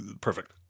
perfect